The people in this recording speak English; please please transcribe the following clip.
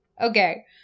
Okay